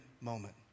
moment